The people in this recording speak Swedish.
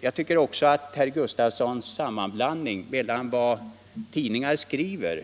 Jag tycker också att herr Gustafssons sammanblandning av vad tidningarna skriver